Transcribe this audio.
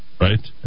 Right